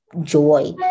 joy